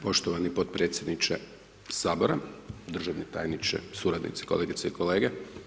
Poštovani potpredsjedniče Sabora, državni tajniče, suradnici, kolegice i kolege.